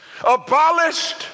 abolished